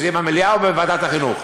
שזה יהיה במליאה או בוועדת החינוך?